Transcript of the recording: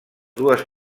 dues